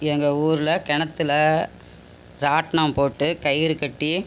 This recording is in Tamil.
எங்கள் ஊரில் கிணத்துல ராட்டணம் போட்டு கயிறு கட்டி